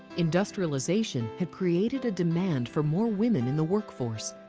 industrialization had created a demand for more women in the workforce.